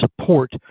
support